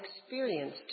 experienced